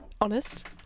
Honest